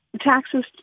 Taxes